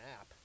app